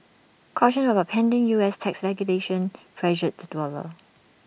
caution about pending U S tax legislation pressured the dollar